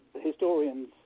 historians